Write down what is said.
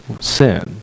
sin